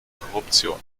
korruption